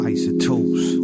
Isotopes